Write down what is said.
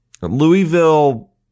Louisville